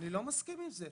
אני לא מסכים עם זה.